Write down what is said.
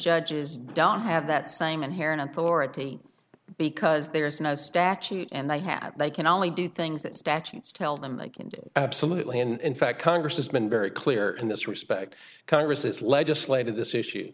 judges don't have that same inherent authority because there is no statute and they have they can only do things that statutes tell them like and absolutely in fact congress has been very clear in this respect congress has legislated this issue